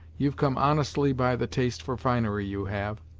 you've come honestly by the taste for finery, you have.